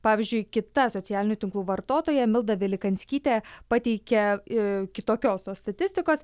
pavyzdžiui kita socialinių tinklų vartotoja milda velinkanskytė pateikia kitokios tos statistikos